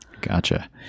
Gotcha